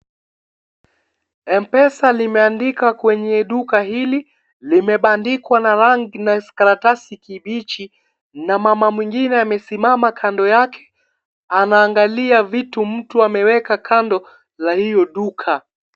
Mpeza limeandikwa kwenye duka hili. Limebandikwa na karatasi kibichi na mama mwengine amesimama kando yake anaangalia vitu mtu ameweka kando ya hio duka.